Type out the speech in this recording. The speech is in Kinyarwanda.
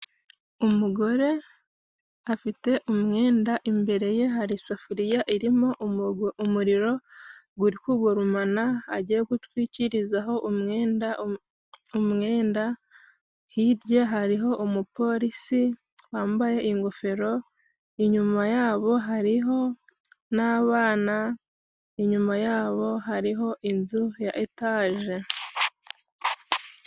Umugore afite umwenda imbere ye hari isafuriya irimo umuriro guri kugurumana agiye gutwikirizaho umwenda, hirya hariho umupolisi wambaye ingofero, inyuma yabo hariho n'abana, inyuma yabo hariho inzu ya etaje.